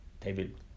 David